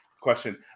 question